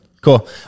Cool